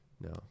No